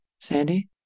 Sandy